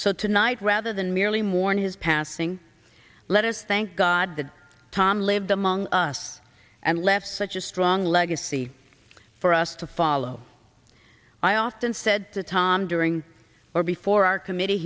so tonight rather than merely mourn his passing let us thank god that tom lived among us and left such a strong legacy for us to follow i often said to tom during or before our committee